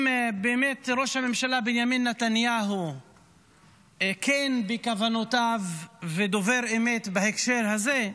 אם באמת ראש הממשלה בנימין נתניהו כן בכוונותיו ודובר אמת בהקשר הזה,